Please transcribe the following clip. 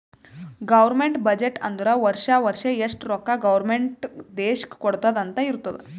government budget ಅಂದುರ್ ವರ್ಷಾ ವರ್ಷಾ ಎಷ್ಟ ರೊಕ್ಕಾ ಗೌರ್ಮೆಂಟ್ ದೇಶ್ಕ್ ಕೊಡ್ತುದ್ ಅಂತ್ ಇರ್ತುದ್